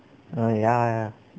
err ya ya ya